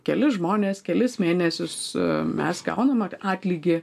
keli žmonės kelis mėnesius mes gaunam atlygį